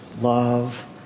love